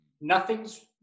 Nothing's